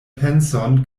penson